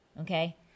okay